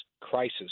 crisis –